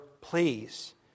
please